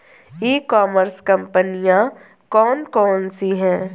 ई commerce कंपनियाँ कौन कौन सी हैं?